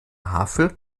havel